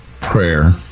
prayer